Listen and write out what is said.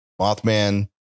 Mothman